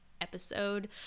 episode